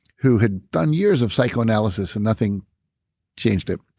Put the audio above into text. who had done years of psychoanalysis and nothing changed it.